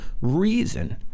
reason